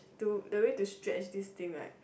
to the way to stretch this thing right